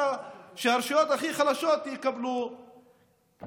שהרשויות הכי חלשות דווקא יקבלו תקציבים